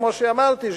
כמו שאמרתי,